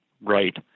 Right